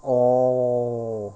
oh